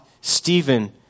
Stephen